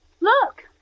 Look